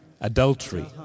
adultery